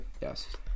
Yes